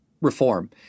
reform